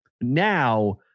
Now